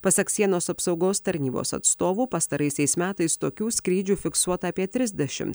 pasak sienos apsaugos tarnybos atstovų pastaraisiais metais tokių skrydžių fiksuota apie trisdešim